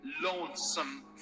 lonesome